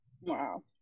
Wow